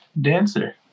dancer